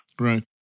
Right